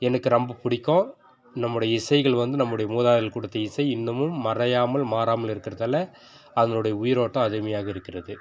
எனக்கு ரொம்ப பிடிக்கும் நம்முடைய இசைகள் வந்து நம்முடைய மூதாதையர்கள் கொடுத்த இசை இன்னமும் மறையாமல் மாறாமல் இருக்கிறதால அதனுடைய உயிரோட்டம் அருமையாக இருக்கிறது